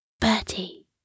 Bertie